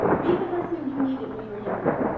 be the person you needed when you were younger.